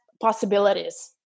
possibilities